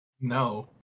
No